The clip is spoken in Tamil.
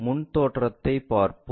முன் தோற்றத்தைப் பார்ப்போம்